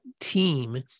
team